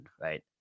right